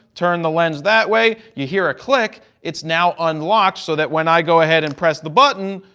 turn the lens that way. you hear a click. it's now unlocked, so that when i go ahead and press the button,